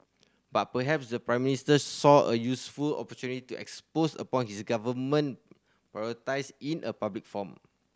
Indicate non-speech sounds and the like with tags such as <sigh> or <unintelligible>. but perhaps the Prime Minister saw a useful opportunity to <unintelligible> upon his government <unintelligible> in a public forum